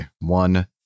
One